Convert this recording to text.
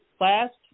last